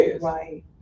right